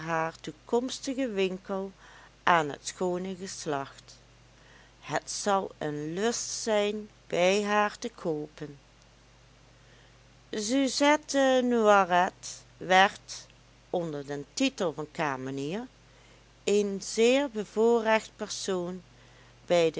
toekomstigen winkel aan het schoone geslacht het zal een lust zijn bij haar te koopen suzette noiret werd onder den titel van kamenier een zeer bevoorrecht persoon bij de